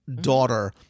daughter